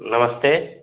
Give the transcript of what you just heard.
नमस्ते